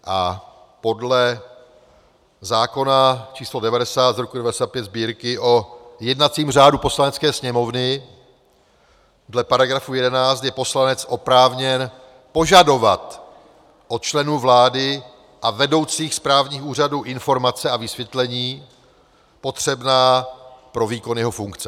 A podle zákona č. 90/1995 Sb., o jednacím řádu Poslanecké sněmovny, dle paragrafu 11 je poslanec oprávněn požadovat od členů vlády a vedoucích správních úřadů informace a vysvětlení potřebná pro výkon jeho funkce.